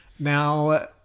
Now